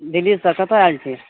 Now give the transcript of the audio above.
दिल्लीसँ कतऽ आयल छी